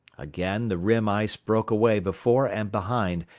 again, the rim ice broke away before and behind,